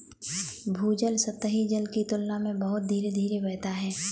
भूजल सतही जल की तुलना में बहुत धीरे धीरे बहता है